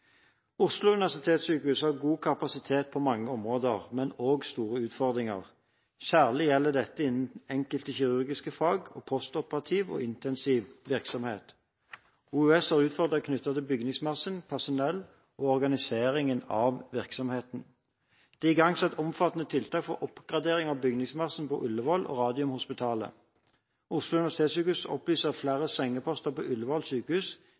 Oslo universitetssykehus har god kapasitet på mange områder, men også store utfordringer. Særlig gjelder dette innen enkelte kirurgiske fag og postoperativ og intensiv virksomhet. OUS har utfordringer knyttet til bygningsmasse, personell og organisering av virksomheten. Det er igangsatt omfattende tiltak for å oppgradere bygningsmassen på Ullevål og Radiumhospitalet. Oslo universitetssykehus opplyser at flere sengeposter på Ullevål sykehus